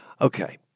Okay